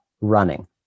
running